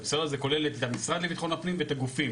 זה כולל את המשרד לבטחון הפנים ואת הגופים.